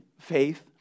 faith